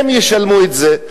הם ישלמו את זה.